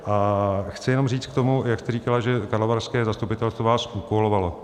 A chci jenom říct k tomu, jak jste říkala, že karlovarské zastupitelstvo vás úkolovalo.